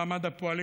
מעמד הפועלים,